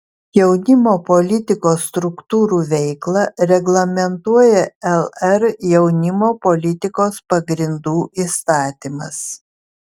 jaunimo politikos struktūrų veiklą reglamentuoja lr jaunimo politikos pagrindų įstatymas